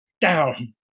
Down